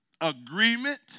agreement